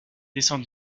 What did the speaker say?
descend